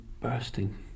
bursting